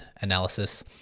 analysis